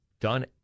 done